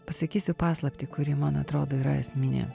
pasakysiu paslaptį kuri man atrodo yra esminė